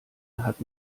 hat